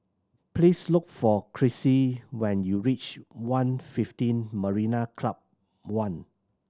please look for Cressie when you reach One fifteen Marina Club One